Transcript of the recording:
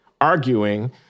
arguing